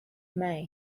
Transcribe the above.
may